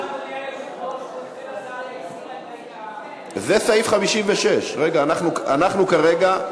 רחל עזריה הסירה, זה סעיף 56. רגע, אנחנו כרגע,